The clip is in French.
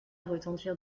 retentir